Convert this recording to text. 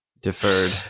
deferred